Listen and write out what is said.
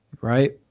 right